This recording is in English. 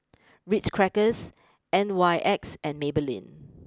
Ritz Crackers N Y X and Maybelline